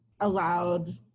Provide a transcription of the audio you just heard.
allowed